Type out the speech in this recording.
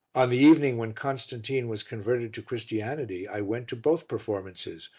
on the evening when constantine was converted to christianity i went to both performances,